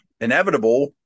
inevitable